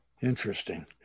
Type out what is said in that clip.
Interesting